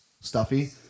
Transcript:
stuffy